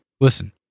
listen